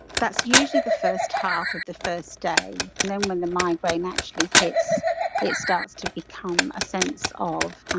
that's usually the first half of the first day. and then when the migraine actually hits it starts to become a sense of